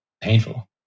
painful